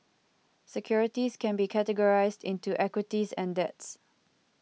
securities can be categorized into equities and debts